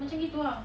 macam gitu ah